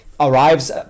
arrives